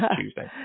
Tuesday